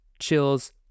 chills